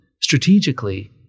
strategically